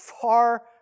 far